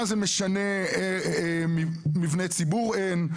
מה זה משנה מבני ציבור אין.